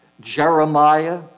Jeremiah